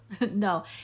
no